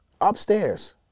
upstairs